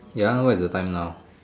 ya what is the time now